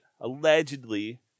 allegedly